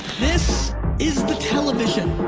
this is the television,